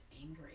angry